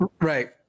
Right